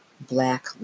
Black